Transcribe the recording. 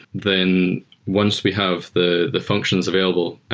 then once we have the the functions available,